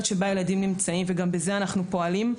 שבה הילדים נמצאים וגם בזה אנחנו פועלים.